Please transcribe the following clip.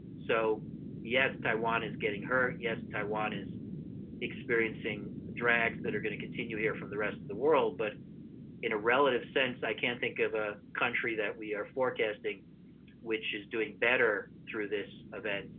so yes, taiwan is getting hurt yes, taiwan is experiencing drags that are going to continue here from the rest of the world. but in a relative sense, i can't think of a country that we are forecasting which is doing better through this event